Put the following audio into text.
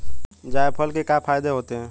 जायफल के क्या फायदे होते हैं?